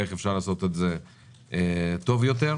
ואיך ניתן לעשות את זה טוב יותר.